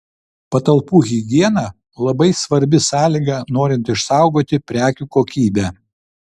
patalpų higiena labai svarbi sąlyga norint išsaugoti prekių kokybę